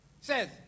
Says